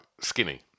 skinny